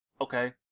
Okay